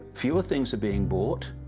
fewer things are being bought.